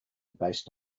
based